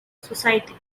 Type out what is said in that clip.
society